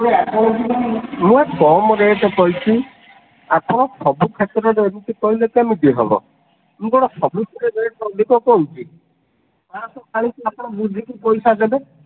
ଆପଣଙ୍କୁ ମୁଁ ବା କମ୍ ରେଟ୍ କହିଛି ଆପଣ ସବୁ କ୍ଷେତ୍ରରେ ଏମିତି କହିଲେ କେମିତି ହେବ ମୁଁ କ'ଣ ସବୁଥିରେ ରେଟ୍ ଅଧିକ କହୁଛି ପାଞ୍ଚଶହ ଚାଳିଶ ଆପଣ ବୁଝିକି ପଇସା ଦେବେ